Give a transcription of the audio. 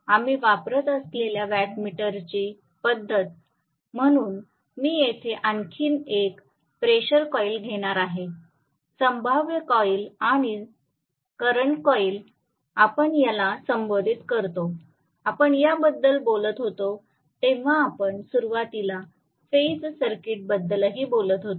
आम्ही वापरत असलेल्या वॅटमीटरची पद्धत म्हणून मी येथे आणखी एक प्रेशर कॉइल घेणार आहे संभाव्य कॉइल आणि सध्याची कॉईल आपण याला संबोधित करतो आपण याबद्दल बोलत होतो तेव्हा आपण सुरुवातीला फेज सर्किट्सबद्दलही बोलत होतो